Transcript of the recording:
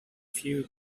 few